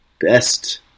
best